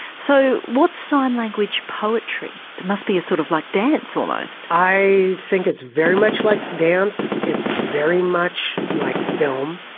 so what's sign language poetry? it must be sort of like dance, almost. i think it's very much like dance. it's very much like film.